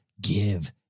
give